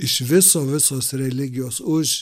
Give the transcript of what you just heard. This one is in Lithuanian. iš viso visos religijos už